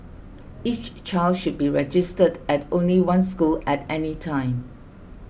each child should be registered at only one school at any time